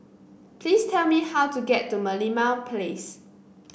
please tell me how to get to Merlimau Place